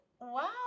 Wow